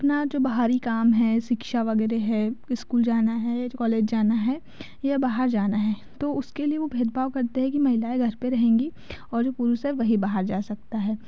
अपना जो बाहरी काम है शिक्षा वगैरह है इस्कूल जाना है कॉलेज जाना है या बाहर जाना है तो उसके लिए वो भेदभाव करते हैं कि महिलाएँ घर पे रहेंगी और जो पुरुष है वही बाहर जा सकता है